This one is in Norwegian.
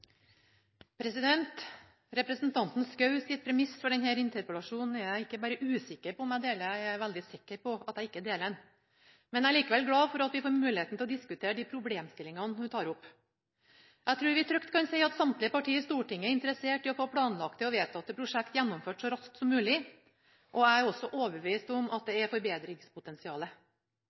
vil. Representanten Schous premiss for denne interpellasjonen er jeg ikke bare usikker på om jeg deler – jeg er veldig sikker på at jeg ikke deler den. Men jeg er likevel glad for at vi får muligheten til å diskutere de problemstillingene hun tar opp. Jeg tror vi trygt kan si at samtlige partier i Stortinget er interessert i å få planlagte og vedtatte prosjekter gjennomført så raskt som mulig, og jeg er også overbevist om at det er